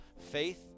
faith